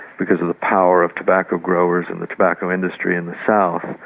because of the power of tobacco growers and the tobacco industry in the south.